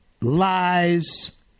lies